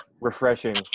refreshing